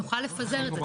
נוכל לפזר את זה,